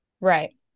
right